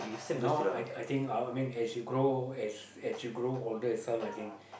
no I I think uh what I mean as you grow as as you grow older itself I think